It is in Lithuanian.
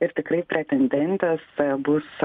ir tikrai pretendentės bus